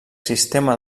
sistema